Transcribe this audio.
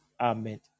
Amen